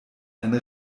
eine